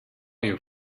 you